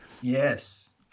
Yes